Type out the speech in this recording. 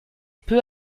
peu